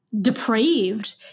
depraved